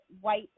white